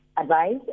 advice